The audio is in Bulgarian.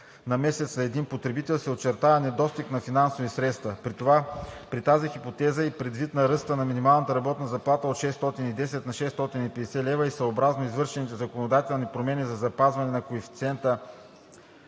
на месец за един потребител, се очертава недостиг на финансови средства. При тази хипотеза и предвид на ръста в минималната работна заплата от 610 лв. на 650 лв. и съобразно извършените законодателни промени за запазване на коефициента